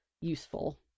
useful